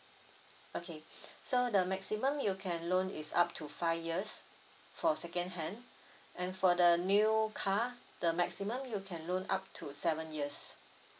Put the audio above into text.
okay so the maximum you can loan is up to five years for second hand and for the new car the maximum you can loan up to seven years